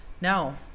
No